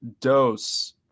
dose